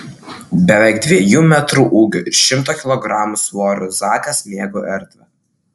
beveik dviejų metrų ūgio ir šimto kilogramų svorio zakas mėgo erdvę